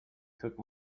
took